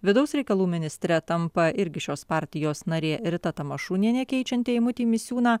vidaus reikalų ministre tampa irgi šios partijos narė rita tamašunienė keičianti eimutį misiūną